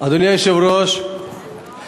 אדוני היושב-ראש,